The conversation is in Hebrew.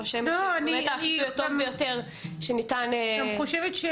אור השמש הוא החיטוי הטוב ביותר שניתן --- לפחות